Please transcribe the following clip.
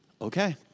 Okay